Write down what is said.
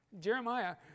Jeremiah